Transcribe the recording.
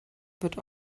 wird